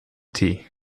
tea